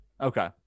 Okay